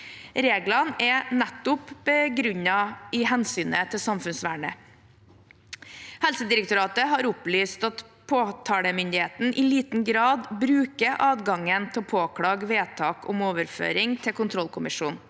Reglene er nettopp begrunnet i hensynet til samfunnsvernet. Helsedirektoratet har opplyst at påtalemyndigheten i liten grad bruker adgangen til å påklage vedtak om overføring til kontrollkommisjonen.